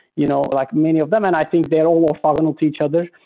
you know like many of them. and i think they're all orthogonal to each other,